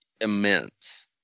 immense